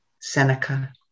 Seneca